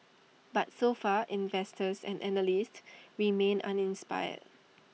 but so far investors and analysts remain uninspired